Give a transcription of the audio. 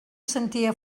sentia